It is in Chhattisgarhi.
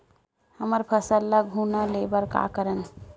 हमर फसल ल घुना ले बर का करन?